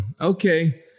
okay